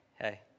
Hey